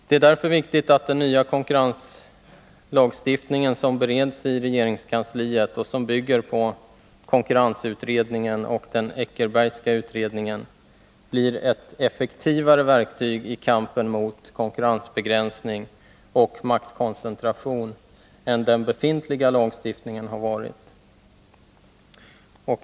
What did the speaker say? Det är därför viktigt att den nya konkurrenslagstiftningen, som bereds i regeringskansliet och som bygger på konkurrensutredningen och den Eckerbergska utredningen, blir ett effektivare verktyg i kampen mot konkurrensbegränsning och maktkoncentration än den befintliga lagstiftningen har varit.